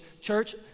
Church